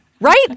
Right